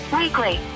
weekly